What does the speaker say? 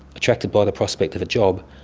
attracted by the prospect of a job,